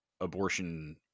abortion